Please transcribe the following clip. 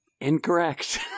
incorrect